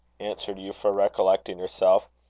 answered euphra, recollecting herself.